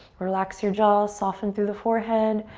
relax your jaw, soften through the forehead.